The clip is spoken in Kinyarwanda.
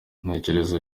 ntekereza